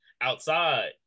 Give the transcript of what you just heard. outside